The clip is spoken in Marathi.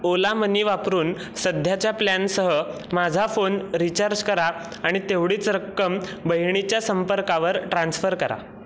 ओला मनी वापरून सध्याच्या प्लॅनसह माझा फोन रिचार्ज करा आणि तेवढीच रक्कम बहिणीच्या संपर्कावर ट्रान्स्फर करा